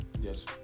Yes